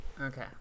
Okay